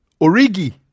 Origi